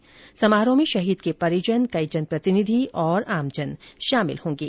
अनावरण समारोह में शहीद के परिजन कई जनप्रतिनिधि और आमजन शामिल होंगे